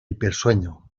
hipersueño